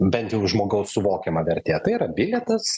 bent jau iš žmogaus suvokiama vertė tai yra bilietas